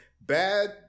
bad